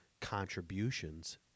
contributions